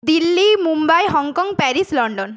Delhi Mumbai Hong Kong Paris London